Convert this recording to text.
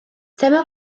teimlai